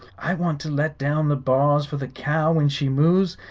i want to let down the bars for the cow when she moos,